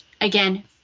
Again